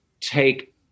take